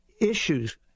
issues